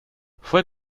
fue